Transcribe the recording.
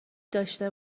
داشته